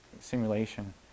simulation